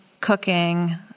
cooking